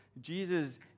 Jesus